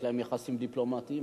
יש להן יחסים דיפלומטיים,